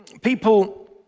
people